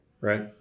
Right